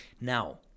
Now